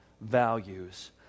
values